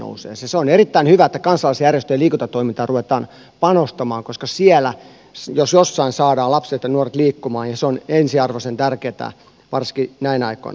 se on erittäin hyvä että kansalaisjärjestöjen liikuntatoimintaan ruvetaan panostamaan koska siellä jos jossain saadaan lapset ja nuoret liikkumaan ja se on ensiarvoisen tärkeätä varsinkin näinä aikoina